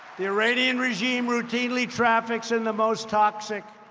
the iranian regime routinely traffics in the most toxic